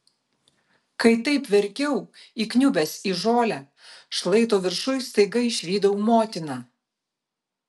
kai taip verkiau įkniubęs į žolę šlaito viršuj staiga išvydau motiną